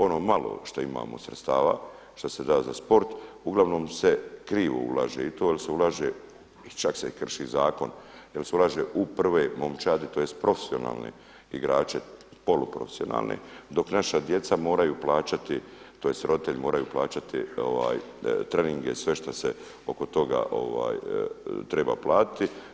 Ono malo što imamo sredstava šta se da za sport uglavnom se krivo ulaže i to jel se ulaže i čak se i krši zakon jel se ulaže u prve momčadi tj. profesionalne igrače, polu profesionalne dok naša djeca moraju plaćati tj. roditelji moraju plaćati treninge i sve što se oko toga treba platiti.